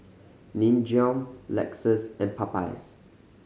Nin Jiom Lexus and Popeyes